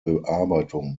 bearbeitung